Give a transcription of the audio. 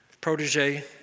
protege